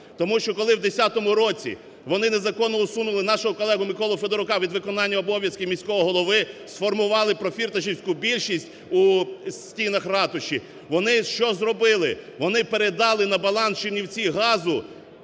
Тому що коли в 2010 році вони незаконно усунули нашого колегу Миколу Федорука від виконання обов'язків міського голови, сформували профірташівську більшість у станах ратуші, вони що зробили? Вони передали на баланс "Чернівцігазу"